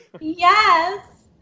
Yes